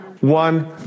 one